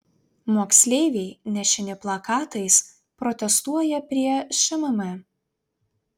moksleiviai nešini plakatais protestuoja prie šmm